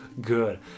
good